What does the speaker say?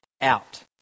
out